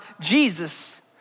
Jesus